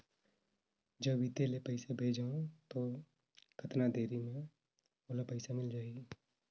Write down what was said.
जब इत्ते ले पइसा भेजवं तो कतना देरी मे ओला पइसा मिल जाही?